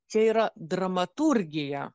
čia yra dramaturgija